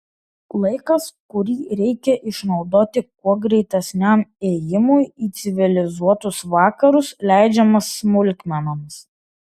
laikas kurį reikia išnaudoti kuo greitesniam ėjimui į civilizuotus vakarus leidžiamas smulkmenoms